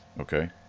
Okay